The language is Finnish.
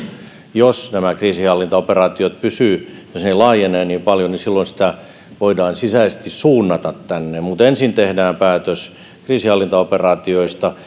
jos nämä kriisinhallintaoperaatiot pysyvät ja jos ne laajenevat niin paljon sitä voidaan sisäisesti suunnata sinne mutta ensin tehdään päätös kriisinhallintaoperaatioista